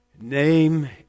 Name